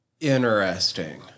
interesting